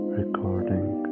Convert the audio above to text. recording